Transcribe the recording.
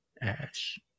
Ash